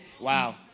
Wow